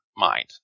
mind